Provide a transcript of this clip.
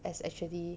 as actually